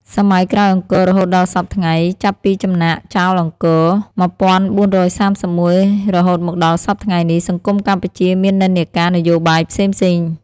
សម័យក្រោយអង្គររហូតដល់សព្វថ្ងៃ ចាប់ពីចំណាកចោលអង្គរ ១៤៣១ រហូតមកដល់សព្វថ្ងៃនេះ សង្គមកម្ពុជាមាននិន្នាការនយោបាយផ្សេងៗ ។